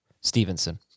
Stevenson